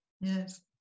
Yes